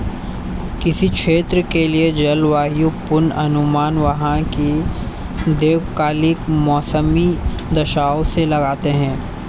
किसी क्षेत्र के लिए जलवायु पूर्वानुमान वहां की दीर्घकालिक मौसमी दशाओं से लगाते हैं